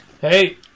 Hey